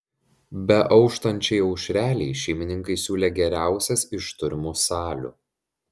beauštančiai aušrelei šeimininkai siūlė geriausias iš turimų salių